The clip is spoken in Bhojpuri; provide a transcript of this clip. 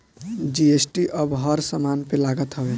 जी.एस.टी अब हर समान पे लागत हवे